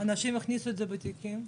אנשים יכניסו את זה בתיקים.